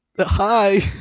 Hi